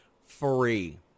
free